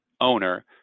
owner